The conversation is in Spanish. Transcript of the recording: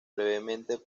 brevemente